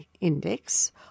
index